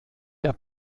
der